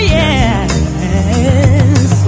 yes